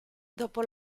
dopo